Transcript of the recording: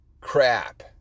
crap